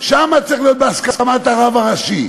שם צריך להיות בהסכמת הרב הראשי.